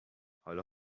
حالا